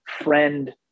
friend